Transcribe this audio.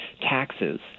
taxes